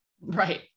Right